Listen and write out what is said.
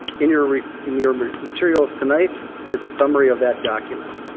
in your in your materials tonight is a summary of that document.